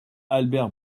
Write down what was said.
albert